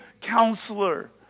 counselor